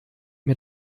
mir